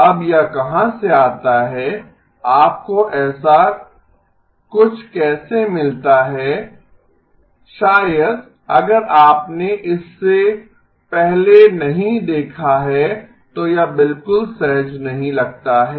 अब यह कहां से आता है आपको ऐसा कुछ कैसे मिलता है शायद अगर आपने इसे पहले नहीं देखा है तो यह बिल्कुल सहज नहीं लगता है